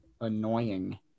annoying